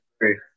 agree